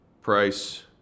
price